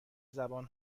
زبان